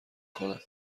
کند